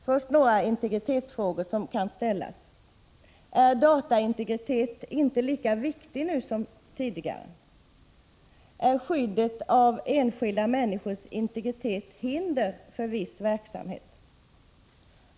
Först några integritetsfrågor som kan ställas: Är dataintegritet inte lika viktig nu som tidigare? Är skyddet av enskilda människors integritet hinder för viss verksamhet?